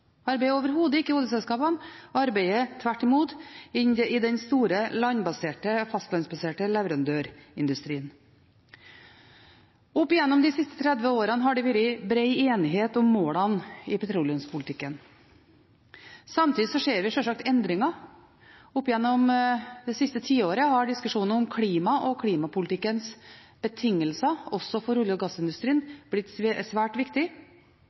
arbeider tvert imot i den store fastlandsbaserte leverandørindustrien. Opp gjennom de siste 30 årene har det vært bred enighet om målene i petroleumspolitikken. Samtidig ser vi sjølsagt endringer. Opp gjennom det siste tiåret har diskusjonen om klimaet og klimapolitikkens betingelser, også for olje- og gassindustrien, blitt svært viktig.